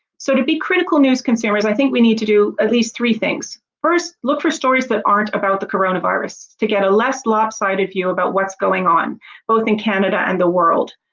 so to be critical news consumers i think we need to do at least three things first look for stories that aren't about the coronavirus to get a less lopsided view about what's going on both in canada and the world,